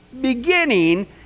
beginning